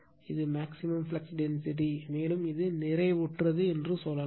இது maximum flux density மேலும் இது நிறைவுற்றது என்று சொல்லலாம்